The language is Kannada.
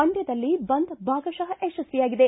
ಮಂಡ್ಕದಲ್ಲಿ ಬಂದ್ ಭಾಗಶ ಯಶಸ್ವಿಯಾಗಿದೆ